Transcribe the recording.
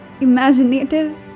Imaginative